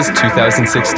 2016